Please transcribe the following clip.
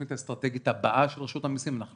התכנית האסטרטגית הבאה של רשות המסים אנחנו